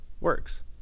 works